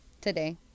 today